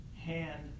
hand